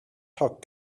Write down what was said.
talk